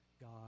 God